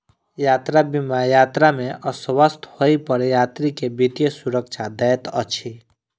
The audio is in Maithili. यात्रा बीमा यात्रा में अस्वस्थ होइ पर यात्री के वित्तीय सुरक्षा दैत अछि